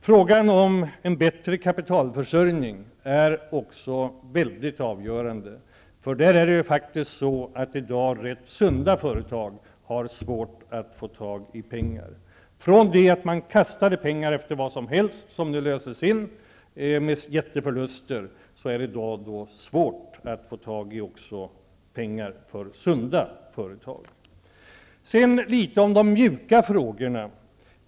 Frågan om en bättre kapitalförsörjning är också i stor utsträckning avgörande. I dag har rätt sunda företag svårt att få tag i pengar. Det var ju under en tid så, att man kastade ut pengar på vad som helst -- objekt som nu löses in, med jätteförluster. Men i dag är det svårt också för sunda företag att få tag i pengar. Så något om de mjuka frågorna.